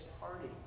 party